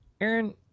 Aaron